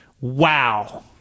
Wow